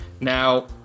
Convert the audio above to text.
Now